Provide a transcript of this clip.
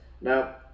Now